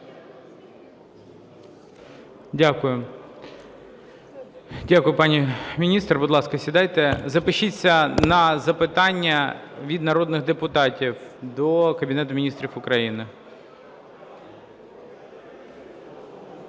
Дякую. Дякую, пані міністр. Будь ласка, сідайте. Запишіться на запитання від народних депутатів до Кабінету Міністрів України.